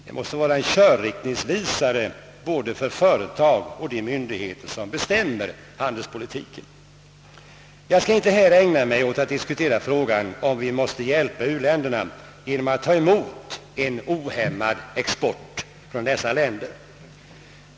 Det måste vara en körriktningsvisare både för företag och för de myndigheter som bestämmer handelspolitiken. Jag skall inte nu ägna mig åt att diskutera frågan, huruvida vi måste hjälpa u-länderna genom att ta emot en ohämmad export från dessa länder.